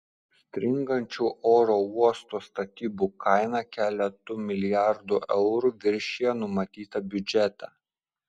stringančių oro uosto statybų kaina keletu milijardų eurų viršija numatytą biudžetą